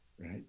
right